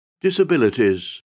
disabilities